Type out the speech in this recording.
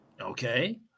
Okay